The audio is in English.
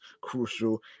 crucial